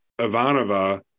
ivanova